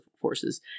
forces